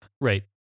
Right